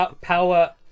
Power